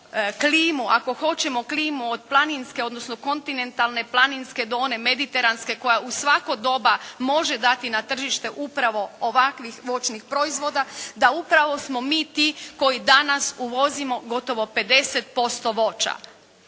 klimu, ako hoćemo klimu od planinske, odnosno kontinentalne-planinske do one mediteranske koja u svako doba može dati na tržište upravo ovakvih voćnih proizvoda, da upravo smo mi ti koji danas uvozimo gotovo 50% voća.